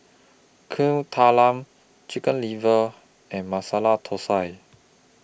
Kuih Talam Chicken Liver and Masala Thosai